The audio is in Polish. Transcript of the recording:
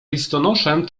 listonoszem